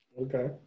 Okay